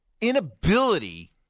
inability